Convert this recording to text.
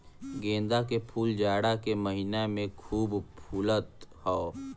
गेंदा के फूल जाड़ा के महिना में खूब फुलत हौ